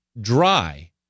dry